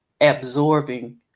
absorbing